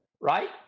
right